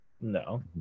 No